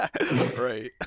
right